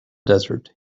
desert